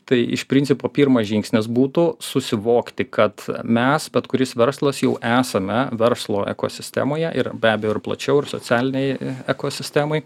tai iš principo pirmas žingsnis būtų susivokti kad mes bet kuris verslas jau esame verslo ekosistemoje ir be abejo ir plačiau ir socialinėj ekosistemoj